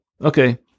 okay